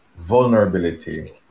vulnerability